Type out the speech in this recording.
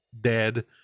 dead